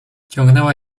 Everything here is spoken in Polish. ciągnęła